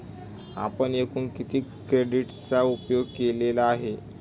आपण एकूण किती क्रेडिटचा उपयोग केलेला आहे?